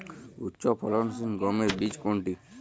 উচ্চফলনশীল গমের বীজ কোনটি?